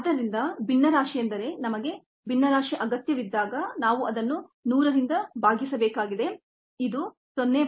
ಆದ್ದರಿಂದ ಭಿನ್ನರಾಶಿಯೆಂದರೆ ನಮಗೆ ಭಿನ್ನರಾಶಿ ಅಗತ್ಯವಿದ್ದಾಗ ನಾವು ಅದನ್ನು 100 ರಿಂದ ಭಾಗಿಸಬೇಕಾಗಿದೆ ಇದು 0